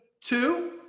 two